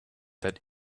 that